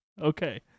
okay